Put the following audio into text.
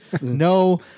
No